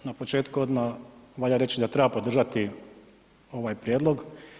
Na početku odmah valja reći da treba podržati ovaj prijedlog.